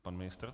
Pan ministr.